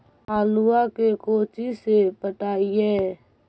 आलुआ के कोचि से पटाइए?